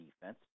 defense